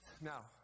Now